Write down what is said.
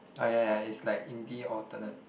oh ya ya ya it's like indie alternate